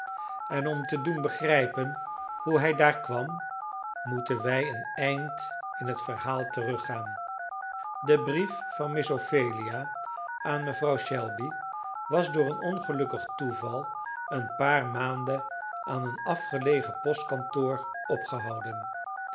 en om te doen begrijpen hoe hij daar kwam moeten wij een eind in het verhaal teruggaan de brief van miss ophelia aan mevrouw shelby was door een ongelukkig toeval een paar maanden aan een afgelegen postkantoor opgehouden